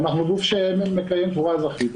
ואנחנו גוף שמקיים קבורה אזרחית.